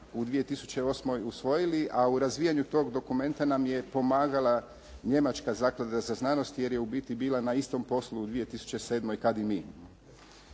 u 2008. usvojili a u razvijanju toga dokumenta nam je pomagala njemačka zaklada za znanost jer je u biti bila na istom poslu u 2007. kada i mi.